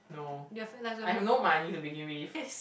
no I have no money to begin with